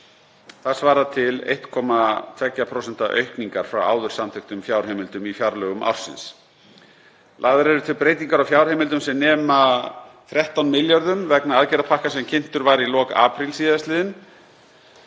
Það svarar til 1,2% aukningar frá áður samþykktum fjárheimildum í fjárlögum ársins. Lagðar eru til breytingar á fjárheimildum um sem nemur 13 milljörðum kr. vegna aðgerðapakkans sem kynntur var í lok apríl sl.